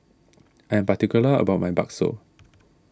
I am particular about my Bakso